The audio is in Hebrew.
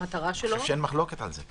המטרה שלו --- אני חושב שאין מחלוקת על זה.